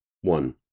One